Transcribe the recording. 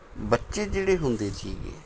ਬੱਚੇ ਜਿਹੜੇ ਹੁੰਦੇ ਸੀ